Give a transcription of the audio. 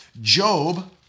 Job